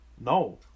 No